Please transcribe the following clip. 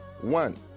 one